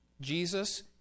Jesus